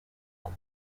tugs